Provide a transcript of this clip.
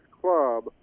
club